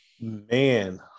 man